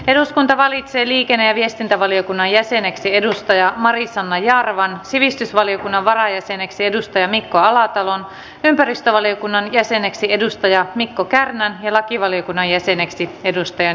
eduskunta valitsi liikenne ja viestintävaliokunnan jäseneksi marisanna jarvan sivistysvaliokunnan varajäseneksi mikko alatalon ympäristövaliokunnan jäseneksi mikko kärnän ja lakivaliokunnan jäseneksi niilo keräsen